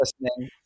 listening